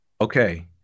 Okay